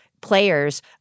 players